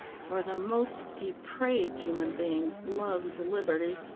for the most depraved human being loves liberty.